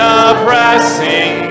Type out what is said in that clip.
oppressing